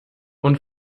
und